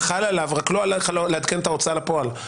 מחל עליו רק לא הלך לעדכן את ההוצאה לפועל,